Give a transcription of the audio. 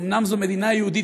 אומנם זו מדינה יהודית,